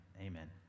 Amen